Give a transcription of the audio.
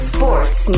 Sports